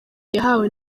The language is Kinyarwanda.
yahawe